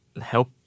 help